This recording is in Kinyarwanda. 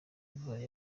d’ivoire